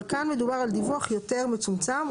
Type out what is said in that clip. אבל כאן מדובר על דיווח יותר מצומצם.